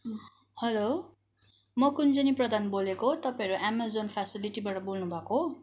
hello म कुञ्जनी प्रधान बोलेको हो तपाईँहरू एमेजन फ्यासिलिटीबाट बोल्नुभएको हो